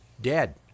dead